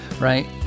right